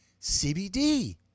CBD